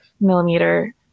millimeter